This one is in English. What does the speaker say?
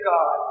God